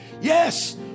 Yes